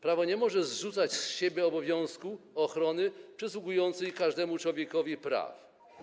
Prawo nie może zrzucać z siebie obowiązku ochrony przysługujących każdemu człowiekowi praw.